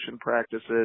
practices